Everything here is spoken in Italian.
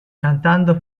cantando